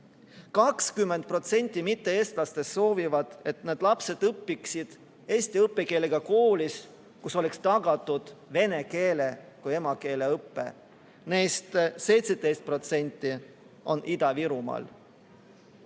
20% mitte-eestlastest soovivad, et nende lapsed õpiksid eesti õppekeelega koolis, kus oleks tagatud vene keele kui emakeele õpe, neist 17% on Ida-Virumaal.